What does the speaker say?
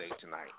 tonight